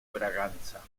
braganza